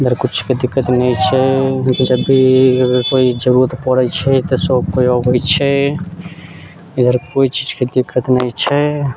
इधर किछुके दिक्कत नहि छै जब भी अगर कोइ भी जरूरत पड़ै छै तऽ सब कोइ अबै छै इधर कोइ चीजके दिक्कत नहि छै